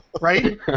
right